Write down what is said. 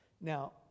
Now